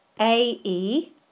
A-E